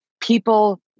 People